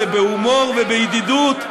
זה בהומור ובידידות.